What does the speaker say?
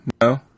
no